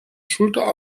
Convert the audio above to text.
schulter